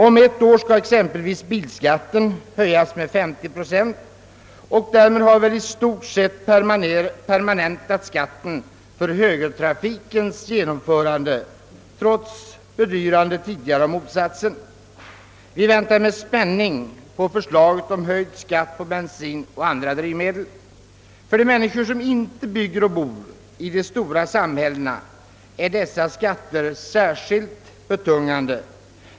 Om ett år skall exempelvis bilskatten höjas med 50 procent, och därmed har vi väl i stort sett permanentat skatten för högertrafikens genomförande trots tidigare bedyranden att så inte skulle ske. Vi väntar med spänning på förslaget om höjd skatt på bensin och andra drivmedel. För de människor som inte bygger och bor i de stora samhällena är dessa skatter särskilt betungande.